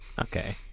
okay